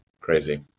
crazy